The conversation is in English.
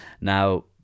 Now